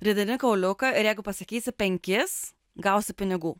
rideni kauliuką ir jeigu pasakysi penkis gausiu pinigų